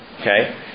Okay